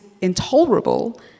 intolerable